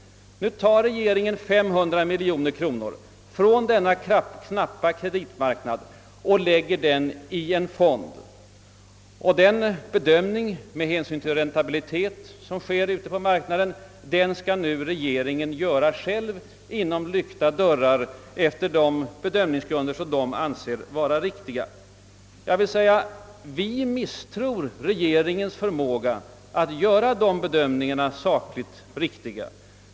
Nu tar regeringen 500 miljoner kronor från denna knappa kreditmarknad och lägger i en fond. Den bedömning med hänsyn till räntabiliteten, som sker ute på marknaden, skall nu regeringen göra själv bakom lyckta dörrar efter de bedömningsgrunder som regeringen anser vara riktiga. Vi misstror regeringens förmåga att göra dessa bedömningar sakligt riktiga.